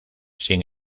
sin